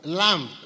lamb